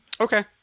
Okay